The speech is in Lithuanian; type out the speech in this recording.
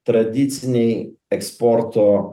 tradiciniai eksporto